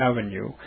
Avenue